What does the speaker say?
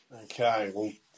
Okay